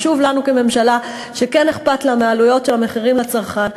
חשוב לנו כממשלה שכן אכפת לה מהעלויות של המוצרים לצרכן.